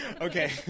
Okay